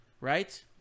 Right